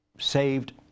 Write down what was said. saved